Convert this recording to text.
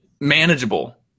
manageable